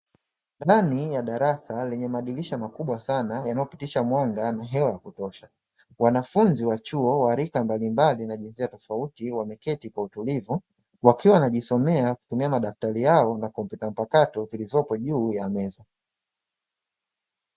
Ndani ya darasa lenye madirisha makubwa sana yanayopitisha mwanga na hewa ya kutosha, wanafunzi wa chuo wa rika mbalimbali na jinsia tofauti wameketi kwa utulivu, wakiwa wanajisomea kwa kutumia madaftari yao na kompyuta mpakato zilizopo juu ya meza.